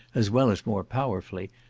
as well as more powerfully,